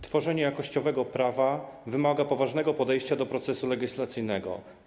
Tworzenie jakościowego prawa wymaga poważnego podejścia do procesu legislacyjnego.